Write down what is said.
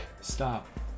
stop